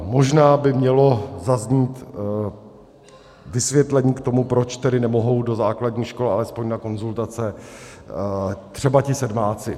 Možná by mělo zaznít vysvětlení k tomu, proč tedy nemohou do základních škol alespoň na konzultace třeba ti sedmáci.